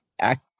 act